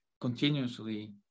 continuously